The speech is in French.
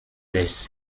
des